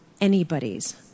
anybody's